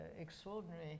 extraordinary